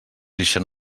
ixen